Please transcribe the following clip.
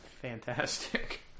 Fantastic